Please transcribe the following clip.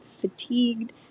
fatigued